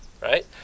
right